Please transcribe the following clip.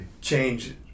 change